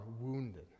wounded